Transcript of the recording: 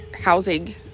housing